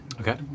Okay